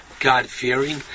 God-fearing